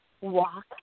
walk